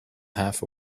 half